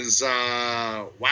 Wow